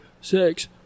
six